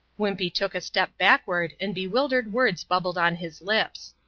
wimpey took a step backward, and bewildered words bubbled on his lips.